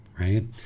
right